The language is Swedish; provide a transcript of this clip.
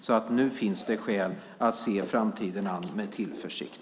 Så nu finns det skäl att se framtiden an med tillförsikt.